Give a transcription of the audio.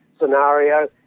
scenario